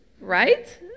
right